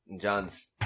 John's